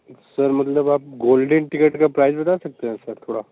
sir मतलब आप golden ticket का प्राइस बता सकते हैं सर थोड़ा